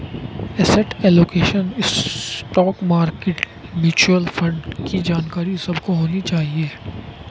asset allocation, stock market, mutual fund की जानकारी सबको होनी चाहिए